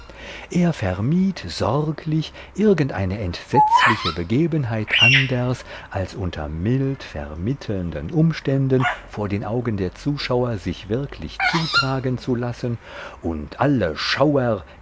er vermied sorglich irgendeine entsetzliche begebenheit anders als unter mild vermittelnden umständen vor den augen der zuschauer sich wirklich zutragen zu lassen und alle schauer